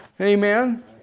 Amen